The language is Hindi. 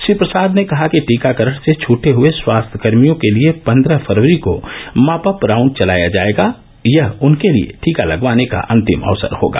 श्री प्रसाद ने कहा कि टीकाकरण से छट गये स्वास्थ्यकर्मियों के लिये पन्द्रह फरवरी को मॉप अप राउण्ड चलाया जायेगा यह उनके लिये टीका लगवाने का अन्तिम अवसर होगा